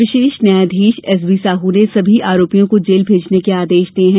विशेष न्यायाधीश एसबी साहू ने सभी आरोपियों को जेल भेजने के आदेश दिए हैं